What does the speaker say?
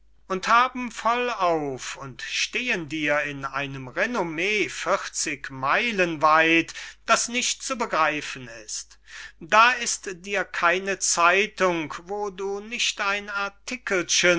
und haben voll auf und stehen dir in einem renommee vierzig meilen weit das nicht zu begreifen ist da ist dir keine zeitung wo du nicht ein